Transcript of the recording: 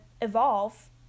evolve